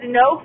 no